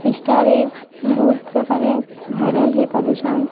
ଇନ୍ଷ୍ଟାରେ ବହୁତ୍ ପ୍ରକାରେ ଭାଇରାଲ୍ ହେଇପାରୁଛନ୍